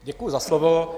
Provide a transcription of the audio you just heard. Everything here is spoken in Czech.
Děkuji za slovo.